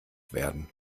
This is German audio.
werden